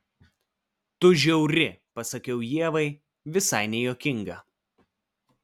tu žiauri pasakiau ievai visai nejuokinga